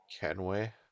Kenway